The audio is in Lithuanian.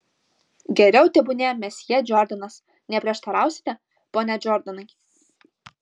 geriau tebūnie mesjė džordanas neprieštarausite pone džordanai